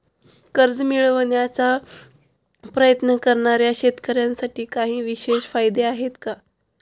कर्ज मिळवण्याचा प्रयत्न करणाऱ्या शेतकऱ्यांसाठी काही विशेष फायदे आहेत का?